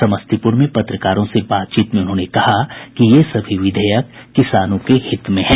समस्तीपुर में पत्रकारों से बातचीत में उन्होंने कहा कि ये सभी विधेयक किसानों के हित में हैं